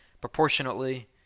proportionately